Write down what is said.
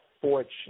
fortune